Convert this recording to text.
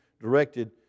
Directed